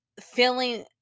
Feeling